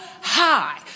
high